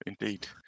indeed